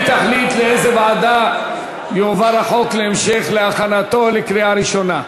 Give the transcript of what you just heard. והיא תחליט לאיזו ועדה יועבר החוק להכנתו לקריאה ראשונה.